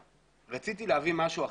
רציתי להביא משהו אחר.